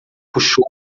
puxou